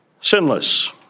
sinless